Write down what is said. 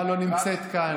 הממשלה לא נמצאת כאן.